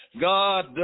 God